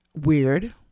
weird